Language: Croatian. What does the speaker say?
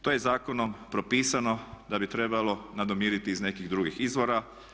To je zakonom propisano da bi trebalo nadomiriti iz nekih drugih izvora.